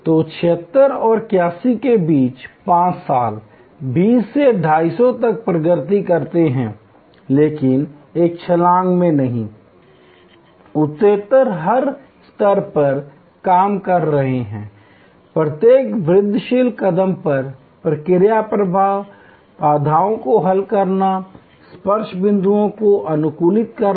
तो 76 और 81 के बीच 5 साल 20 से 250 तक प्रगति करते हैं लेकिन एक छलांग में नहीं उत्तरोत्तर हर स्तर पर काम कर रहे हैं प्रत्येक वृद्धिशील कदम पर प्रक्रिया प्रवाह बाधाओं को हल करना स्पर्श बिंदुओं को अनुकूलित करना